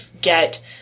get